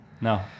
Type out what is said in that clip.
No